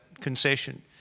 concession